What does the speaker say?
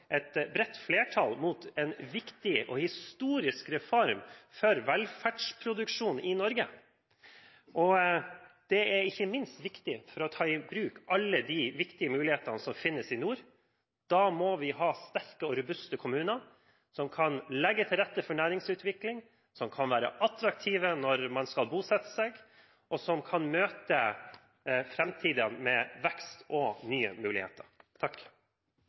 et bredt flertall på vei mot en viktig og historisk reform for velferdsproduksjon i Norge. Det er ikke minst viktig for å ta i bruk alle de viktige mulighetene som finnes i nord. Da må vi ha sterke og robuste kommuner som kan legge til rette for næringsutvikling, som kan være attraktive når man skal bosette seg, og som kan møte framtiden med vekst og nye muligheter.